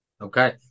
Okay